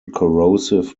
corrosive